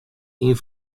ien